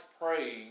praying